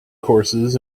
courses